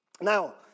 Now